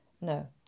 no